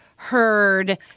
heard